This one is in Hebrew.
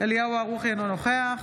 אליהו ברוכי, אינו נוכח